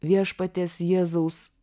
viešpaties jėzaus